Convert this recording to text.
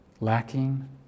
lacking